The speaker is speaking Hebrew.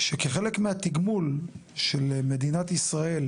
שכחלק מהתגמול של מדינת ישראל,